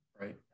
Right